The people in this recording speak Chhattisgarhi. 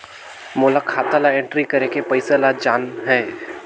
मोला खाता ला एंट्री करेके पइसा ला जान हे?